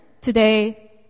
today